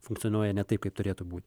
funkcionuoja ne taip kaip turėtų būt